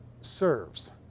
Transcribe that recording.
serves